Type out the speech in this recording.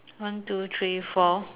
one two three four